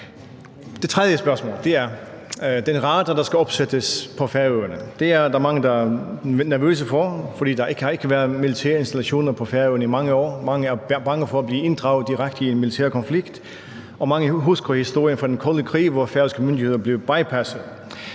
Det tredje spørgsmål vedrører den radar, der skal opsættes på Færøerne. Det er der mange der er nervøse for, for der har ikke været militære installationer på Færøerne i mange år. Mange er bange for at blive inddraget direkte i en militær konflikt, og mange husker historien fra den kolde krig, hvor færøske myndigheder blev bypassed.